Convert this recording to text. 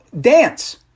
dance